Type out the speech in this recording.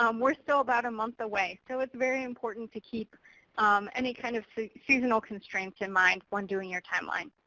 um we're still about a month away. so it's very important to keep any kind of seasonal constraints in mind when doing your timeline.